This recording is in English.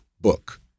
book